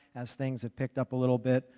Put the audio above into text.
as things have picked up a little bit.